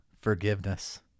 forgiveness